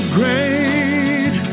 great